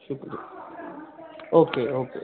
شکریہ okay okay